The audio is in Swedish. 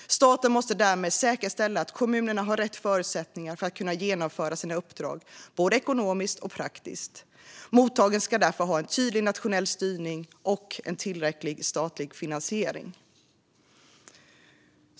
Staten måste därmed säkerställa att kommunerna har rätt förutsättningar för att kunna genomföra sina uppdrag, både ekonomiskt och praktiskt. Mottagandet ska därför ha en tydlig nationell styrning och tillräcklig statlig finansiering.